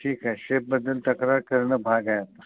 ठीक आहे शेफबद्दल तक्रार करणं भाग आहे आता